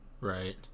Right